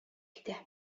китә